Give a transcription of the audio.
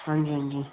कोई गल्ल नेईं